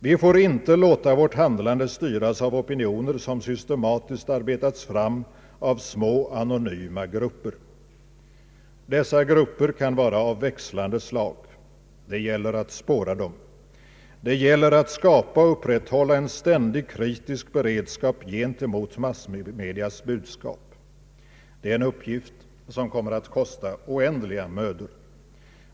Vi får inte låta vårt handlande styras av opinioner, som systematiskt arbetas fram av små, anonyma grupper. Dessa grupper kan vara av växlande slag. Det gäller att spåra dem. Det gäller att skapa och upprätthålla en ständig, kritisk beredskap gentemot massmedias budskap. Det är en uppgift som kommer att kosta oändliga mödor.